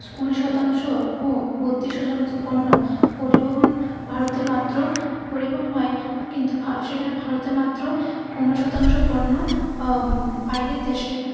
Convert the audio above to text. কুড়ি শতাংশ ও বত্রিশ শতাংশ পণ্য পরিবহন ভারতে মাত্র পরিবহন হয় কিন্তু ভা সেখানে ভারতে মাত্র পনেরো শতাংশ পণ্য বাইরের দেশে